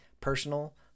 personal